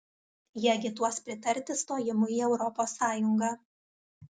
jie agituos pritarti stojimui į europos sąjungą